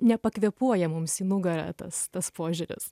nepakvėpuoja mums į nugarą tas tas požiūris